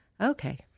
okay